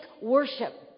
worship